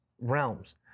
realms